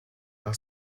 are